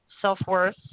self-worth